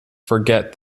forget